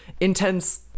intense